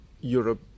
Europe